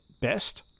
best